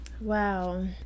Wow